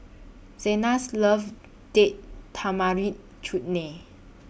Zenas loves Date Tamarind Chutney